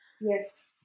Yes